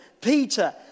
Peter